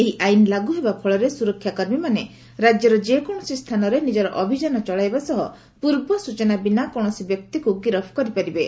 ଏହି ଆଇନ ଲାଗୁ ହେବା ଫଳରେ ସୁରକ୍ଷାକର୍ମୀମାନେ ରାଜ୍ୟର ଯେକୌଣସି ସ୍ଥାନରେ ନିଜର ଅଭିଯାନ ଚଳାଇବା ସହ ପୂର୍ବସ୍କଚନା ବିନା କୌଣସି ବ୍ୟକ୍ତିକୁ ଗିରଫ କରିପାରିବେ